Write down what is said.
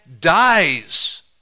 dies